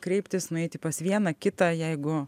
kreiptis nueiti pas vieną kitą jeigu